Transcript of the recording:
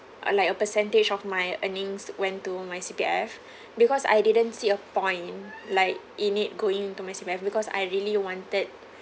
uh like a percentage of my earnings went to my C_P_F because I didn't see a point like it need go into my C_P_F because I really wanted